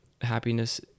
happiness